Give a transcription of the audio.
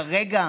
כרגע,